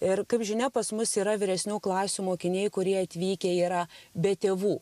ir kaip žinia pas mus yra vyresnių klasių mokiniai kurie atvykę yra be tėvų